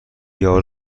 یارو